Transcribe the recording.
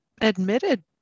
admitted